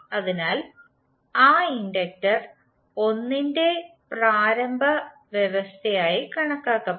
അതിനാൽ ആ ഇൻഡക്റ്റർ 1ന്റെ പ്രാരംഭ വ്യവസ്ഥയായി കണക്കാക്കപ്പെടുന്നു